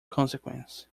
consequence